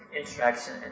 interaction